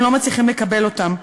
הם לא מצליחים לקבל אותם.